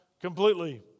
completely